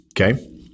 Okay